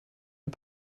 der